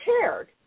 cared